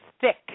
thick